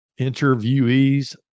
interviewees